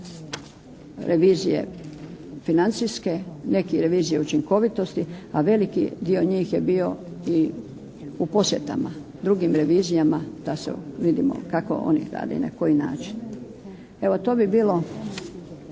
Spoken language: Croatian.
revizije financijske, neki revizije učinkovitosti, a veliki dio njih je bio i u posjetama drugim revizijama da vidimo kako oni rade i na koji način. Evo to bi bilo